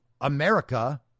America